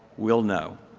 we'll know.